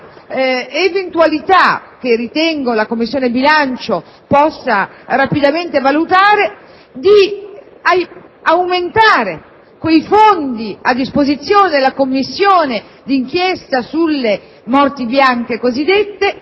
che ritengo la Commissione bilancio possa rapidamente valutare, di aumentare i fondi a disposizione della Commissione d'inchiesta sulle cosiddette